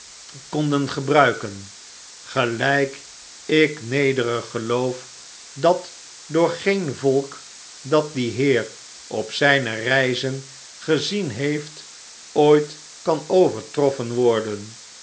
konden gebruiken gelijk ik nederig geloof dat door geen volk dat die heer op zijne reizen gezien heeft ooit kan overtroffen worden